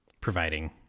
providing